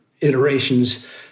iterations